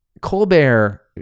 Colbert